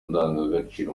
ndangagaciro